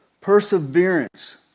Perseverance